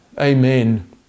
Amen